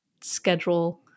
schedule